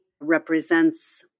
represents